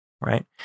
right